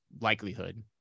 likelihood